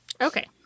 okay